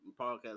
podcast